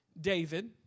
David